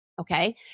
Okay